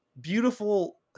beautiful